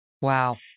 Wow